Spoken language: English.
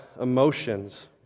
emotions